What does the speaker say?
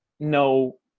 No